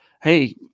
Hey